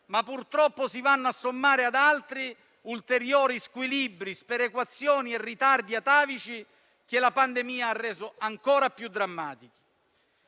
va purtroppo a sommare ad ulteriori squilibri, sperequazioni e ritardi atavici che la pandemia ha reso ancora più drammatici.